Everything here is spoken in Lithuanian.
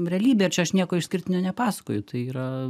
realybė ir čia aš nieko išskirtinio nepasakoju tai yra